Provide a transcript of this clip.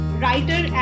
writer